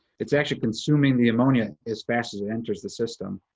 it's actually consuming the ammonia as fast as it enters the system,